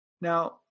Now